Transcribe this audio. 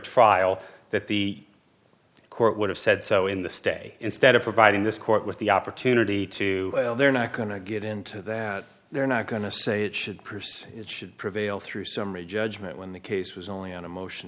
trial that the court would have said so in the stay instead of providing this court with the opportunity to they're not going to get into that they're not going to say it should persist it should prevail through summary judgment when the case was only on a motion